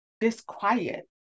disquiet